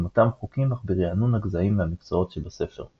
עם אותם חוקים אך ברענון הגזעים והמקצועות שבספר.